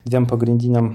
dviem pagrindiniam